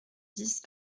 dix